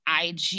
IG